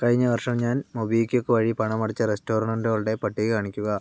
കഴിഞ്ഞ വർഷം ഞാൻ മൊബിക്വിക്ക് വഴി പണമടച്ച റെസ്റ്റോറൻറുകളുടെ പട്ടിക കാണിക്കുക